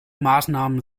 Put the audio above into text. maßnahmen